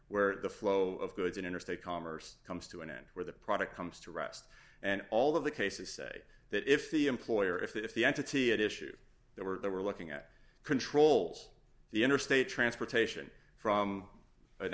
where the flow of goods in interstate commerce comes to an end where the product comes to rest and all of the cases say that if the employer if the entity it issue that we're there we're looking at controls the interstate transportation from an